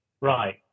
Right